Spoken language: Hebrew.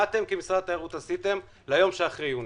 מה אתם כמשרד התיירות עשיתם ליום שאחרי יוני.